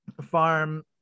farm